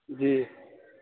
جی